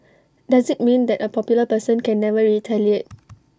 does IT mean that A popular person can never retaliate